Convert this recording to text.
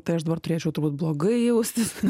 tai aš dabar turėčiau turbūt blogai jaustis